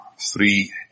three